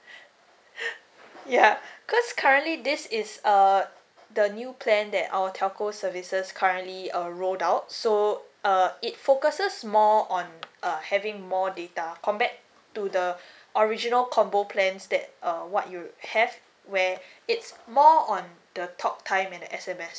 ya cause currently this is err the new plan that our telco services currently err rolled out so uh it focuses more on err having more data compared to the original combo plans that uh what you have where it's more on the talk time and S_M_S